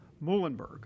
Muhlenberg